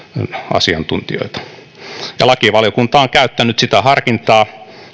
asiantuntijoita ja lakivaliokunta on käyttänyt sitä harkintaa